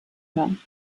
hören